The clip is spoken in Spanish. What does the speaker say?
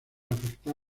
afectar